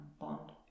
bond